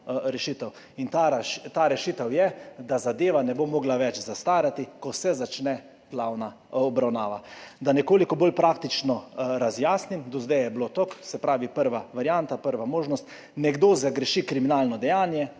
rešitev. Ta rešitev je, da zadeva ne bo mogla več zastarati, ko se začne glavna obravnava. Da nekoliko bolj praktično razjasnim, do zdaj je bilo tako, se pravi prva varianta, prva možnost, nekdo zagreši kriminalno dejanje,